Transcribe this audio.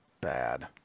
bad